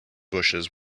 bushes